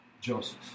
Joseph